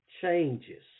changes